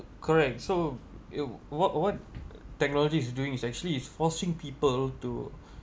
correct so you what what technology is doing is actually is forcing people to